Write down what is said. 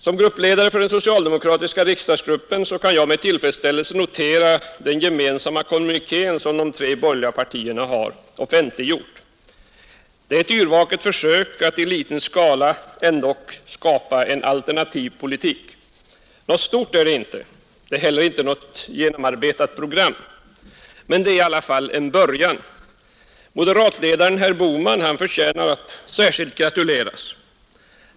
Som gruppledare för den socialdemokratiska riksdagsgruppen kan jag med tillfredsställelse notera den gemensamma kommuniké de tre borgerliga partierna offentliggjort. Den är ett yrvaket försök att, om även iliten skala, skapa en alternativ politik. Något stort steg är det inte, heller inte något genomarbetat program. Men det är i alla fall en början. Moderatledaren herr Bohman förtjänar att särskilt gratuleras.